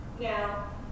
Now